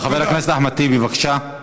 חבר הכנסת אחמד טיבי, בבקשה,